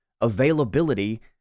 availability